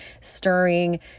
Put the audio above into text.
stirring